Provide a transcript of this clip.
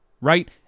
right